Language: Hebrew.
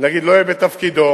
נגיד, לא יהיה בתפקידו,